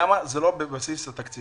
למה זה לא בבסיס התקציב?